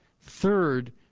Third